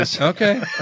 Okay